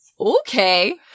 Okay